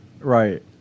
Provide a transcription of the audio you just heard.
Right